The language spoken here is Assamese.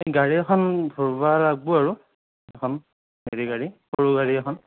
গাড়ী এখন ধৰিব লাগিব আৰু এখন হেৰি গাড়ী সৰু গাড়ী এখন